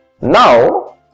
Now